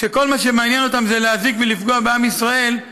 כשכל מה שמעניין אותם זה להזיק ולפגוע בעם ישראל,